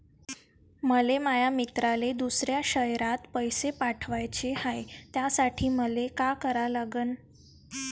मले माया मित्राले दुसऱ्या शयरात पैसे पाठवाचे हाय, त्यासाठी मले का करा लागन?